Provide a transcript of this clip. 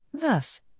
Thus